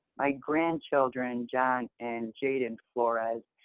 my grandchildren, john and jaden flores,